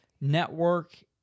Network